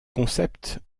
concept